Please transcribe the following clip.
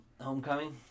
Homecoming